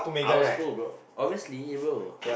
our school bro obviously bro